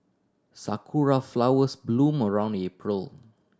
sakura flowers bloom around April